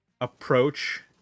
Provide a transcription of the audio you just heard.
approach